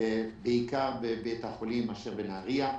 בעיקר בבית החולים בנהריה.